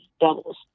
doubles